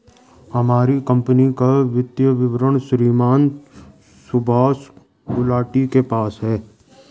हमारी कम्पनी का वित्तीय विवरण श्रीमान सुभाष गुलाटी के पास है